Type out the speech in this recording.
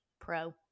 pro